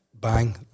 bang